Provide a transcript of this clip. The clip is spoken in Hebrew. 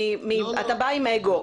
להוצאה לפועל.